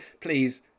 Please